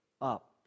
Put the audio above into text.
up